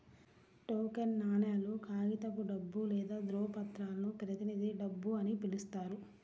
token నాణేలు, కాగితపు డబ్బు లేదా ధ్రువపత్రాలను ప్రతినిధి డబ్బు అని పిలుస్తారు